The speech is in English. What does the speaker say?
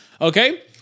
Okay